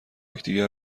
یکدیگر